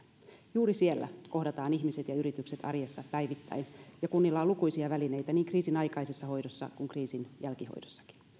juuri siellä kohdataan ihmiset ja yritykset arjessa päivittäin ja kunnilla on lukuisia välineitä niin kriisin aikaisessa hoidossa kuin kriisin jälkihoidossakin